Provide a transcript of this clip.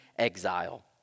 exile